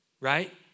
right